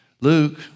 Luke